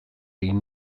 egin